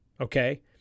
okay